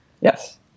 Yes